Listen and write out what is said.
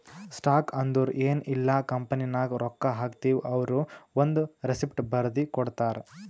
stock ಅಂದುರ್ ಎನ್ ಇಲ್ಲ ಕಂಪನಿನಾಗ್ ರೊಕ್ಕಾ ಹಾಕ್ತಿವ್ ಅವ್ರು ಒಂದ್ ರೆಸಿಪ್ಟ್ ಬರ್ದಿ ಕೊಡ್ತಾರ್